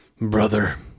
Brother